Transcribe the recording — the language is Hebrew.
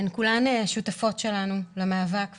הן כולן שותפות שלנו למאבק,